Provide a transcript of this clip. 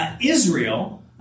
Israel